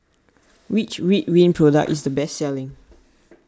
which Ridwind product is the best selling